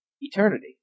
eternity